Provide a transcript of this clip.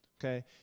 Okay